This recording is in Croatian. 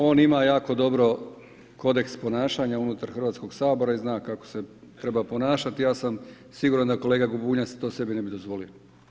On ima jako dobro kodeks ponašanja unutar Hrvatskog sabora i zna kako se treba ponašati, ja sam siguran da kolega Bunjac to sebi ne bi dozvolio.